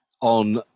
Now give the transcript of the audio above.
on